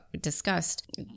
discussed